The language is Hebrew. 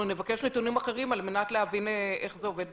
אנחנו נבקש נתונים אחרים על מנת להבין איך זה עובד בשטח.